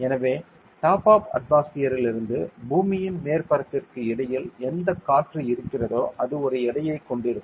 எனவே top of அட்மாஸ்பியர்யிலிருந்து பூமியின் மேற்பரப்பிற்கு இடையில் எந்தக் காற்று இருக்கிறதோ அது ஒரு எடையைக் கொண்டிருக்கும்